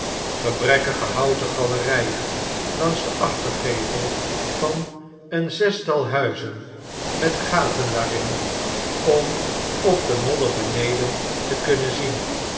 gebrekkige houten galerijen langs den achtergevel van een zestal huizen met gaten daarin om op de modder beneden te kunnen zien